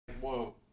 Whoa